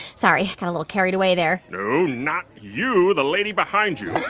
sorry. got a little carried away there no, not you the lady behind you and